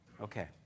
Okay